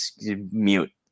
mute